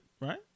right